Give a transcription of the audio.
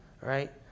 Right